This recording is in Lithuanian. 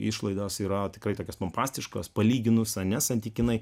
išlaidos yra tikrai tokios pompastiškos palyginus ne santykinai